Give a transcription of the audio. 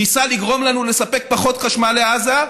ניסה לגרום לנו לספק פחות חשמל לעזה,